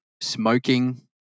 smoking